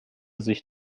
sich